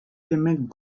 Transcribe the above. payment